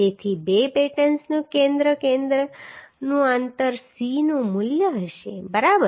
તેથી બે બેટન્સનું કેન્દ્રથી કેન્દ્રનું અંતર C નું મૂલ્ય હશે બરાબર